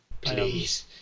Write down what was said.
Please